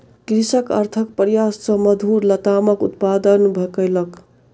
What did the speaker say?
कृषक अथक प्रयास सॅ मधुर लतामक उत्पादन कयलक